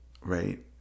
right